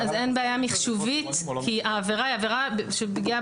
אין בעיה מחשובית כי העבירה היא עבירה של פגיעה